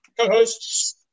co-hosts